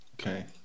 Okay